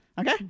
Okay